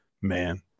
Man